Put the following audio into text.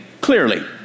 clearly